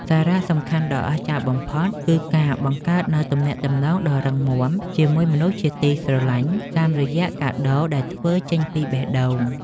សារៈសំខាន់ដ៏អស្ចារ្យបំផុតគឺការបង្កើតនូវទំនាក់ទំនងដ៏រឹងមាំជាមួយមនុស្សជាទីស្រឡាញ់ តាមរយៈកាដូដែលធ្វើចេញពីបេះដូង។